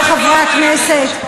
חברי חברי הכנסת,